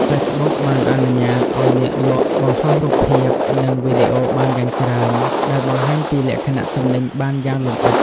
ហ្វេសប៊ុកបានអនុញ្ញាតឱ្យអ្នកលក់បង្ហោះរូបភាព និងវីដេអូបានយ៉ាងច្រើន ដែលបង្ហាញពីលក្ខណៈទំនិញបានយ៉ាងលម្អិត។